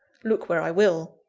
look where i will.